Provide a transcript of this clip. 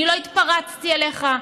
אני לא התפרצתי עליך,